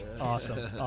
Awesome